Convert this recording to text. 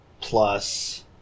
Plus